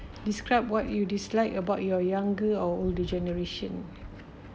describe what you dislike about your younger or older generation